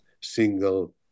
single